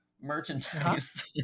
merchandise